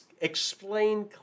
explain